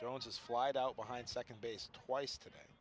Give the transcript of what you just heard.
jones his flight out behind second base twice today